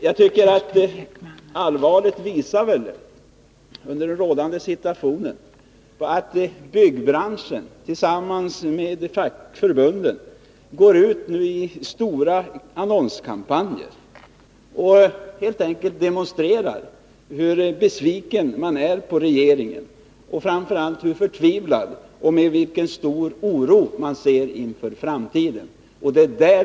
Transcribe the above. Jag tycker att allvaret i den rådande situationen visas av att byggbranschen tillsammans med fackförbunden går ut i stora annonskampanjer och helt enkelt demonstrerar hur besviken man är på regeringen och framför allt hur förtvivlad man är och med vilken stor oro man ser på framtiden.